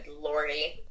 lordy